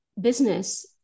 business